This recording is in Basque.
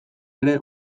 ere